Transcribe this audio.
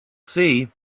see